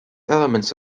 elements